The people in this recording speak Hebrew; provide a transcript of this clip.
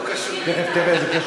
תכף תראה,